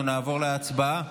אנחנו נעבור להצבעה.